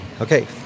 Okay